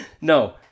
No